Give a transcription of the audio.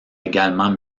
également